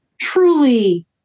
truly